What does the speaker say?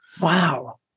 Wow